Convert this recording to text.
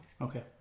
Okay